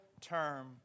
term